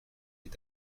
est